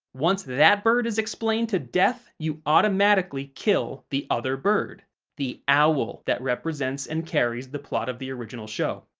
once that bird is explained to death, you automatically kill the other bird the owl that represents and carries the plot of the original show.